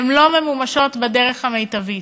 הן לא ממומשות בדרך המיטבית,